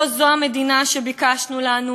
לא זו המדינה שביקשנו לנו.